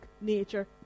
nature